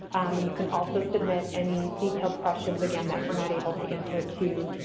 and you can also submit any detailed questions, again, that we're not able to answer to